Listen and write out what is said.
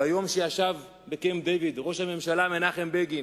ביום שישב ראש הממשלה מנחם בגין